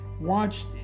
watched